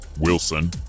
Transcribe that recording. Wilson